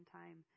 time